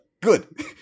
good